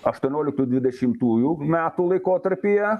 aštuonioliktų dvidešimųjų metų laikotarpyje